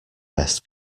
best